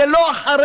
זה לא אחרי,